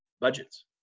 budgets